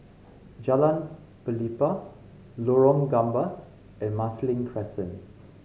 Jalan Pelepah Lorong Gambas and Marsiling Crescent